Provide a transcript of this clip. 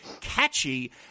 catchy